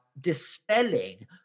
dispelling